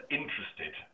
interested